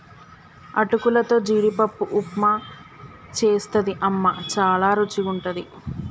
అటుకులతో జీడిపప్పు ఉప్మా చేస్తది అమ్మ చాల రుచిగుంటది